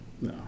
No